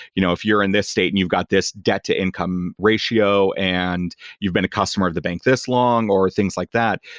you know if you're in this state and you've got this debt-to-income ratio and you've been a customer of the bank this long or things like that,